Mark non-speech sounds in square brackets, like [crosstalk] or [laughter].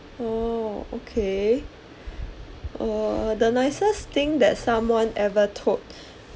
oh okay [breath] err the nicest thing that someone ever told